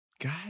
God